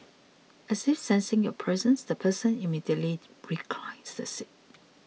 as if sensing your presence the person immediately reclines the seat